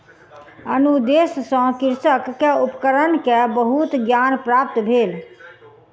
अनुदेश सॅ कृषक के उपकरण के बहुत ज्ञान प्राप्त भेल